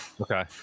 okay